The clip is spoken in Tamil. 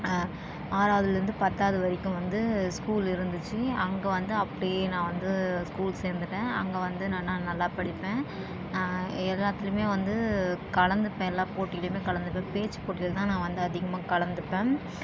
ஆறாவதுலேருந்து பத்தாவது வரைக்கும் வந்து ஸ்கூல் இருந்துச்சு அங்கே வந்து அப்படியே நான் வந்து ஸ்கூல் சேர்ந்துட்டேன் அங்கே வந்து நான் நான் நல்லா படிப்பேன் எல்லாத்திலேயுமே வந்து கலந்துப்பேன் எல்லாம் போட்டியிலியுமே கலந்துப்பேன் பேச்சு போட்டியில தான் நான் வந்து அதிகமாக கலந்துப்பேன்